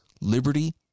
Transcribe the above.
liberty